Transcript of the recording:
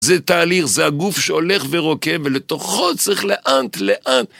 זה תהליך, זה הגוף שהולך ורוקד, ולתוכו צריך לאט, לאט